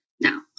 Now